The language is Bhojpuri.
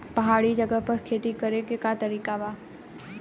पहाड़ी जगह पर खेती करे के का तरीका बा?